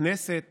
שהכנסת